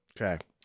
Okay